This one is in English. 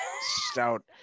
stout